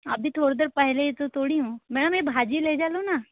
अभी थोड़ी देर पहले ही तो तोड़ी हूँ मैम ये भाजी ले जा लो ना